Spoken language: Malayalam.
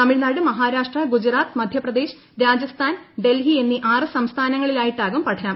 തമിഴ്നാട് മഹാരാഷ്ട്ര ഗുജറാത്ത് മധ്യപ്രദേശ് രൂജ്സ്ഥാൻ ഡൽഹി എന്നീ ആറ് സംസ്ഥാന ങ്ങളിലായിട്ടാകും പഠനം